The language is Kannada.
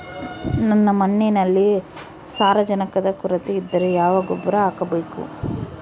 ನನ್ನ ಮಣ್ಣಿನಲ್ಲಿ ಸಾರಜನಕದ ಕೊರತೆ ಇದ್ದರೆ ಯಾವ ಗೊಬ್ಬರ ಹಾಕಬೇಕು?